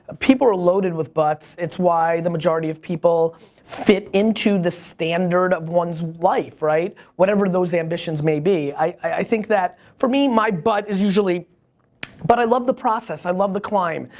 ah people are loaded with buts. it's why the majority of people fit into the standard of ones life right? whatever those ambitions may be, i think that for me, my but is usually but i love the process, i love the climb.